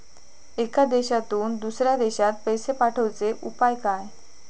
एका देशातून दुसऱ्या देशात पैसे पाठवचे उपाय काय?